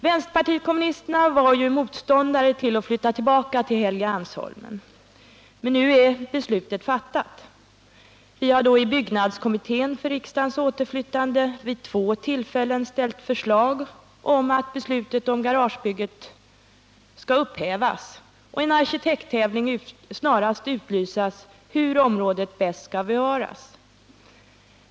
Vänsterpartiet kommunisterna var ju motståndare till att flytta tillbaka till Helgeandsholmen, men nu är beslutet fattat. Vi har därför i byggnadskommittén för riksdagens återflyttande vid två tillfällen lagt fram förslag om att beslutet om garagebygget skall upphävas och en arkitekttävling snarast utlysas för att utröna hur området bäst skall kunna bevaras.